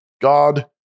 God